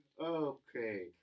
okay